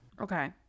Okay